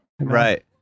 right